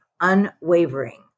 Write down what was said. unwavering